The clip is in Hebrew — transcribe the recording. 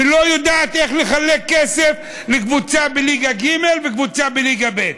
ולא יודעת איך לחלק כסף לקבוצה בליגה ג' וקבוצה בליגה ב'.